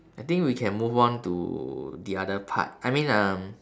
I think we can move on to the other part I mean um